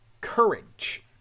Courage